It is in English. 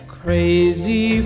crazy